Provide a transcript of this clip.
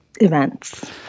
events